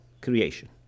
creation